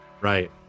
Right